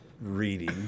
reading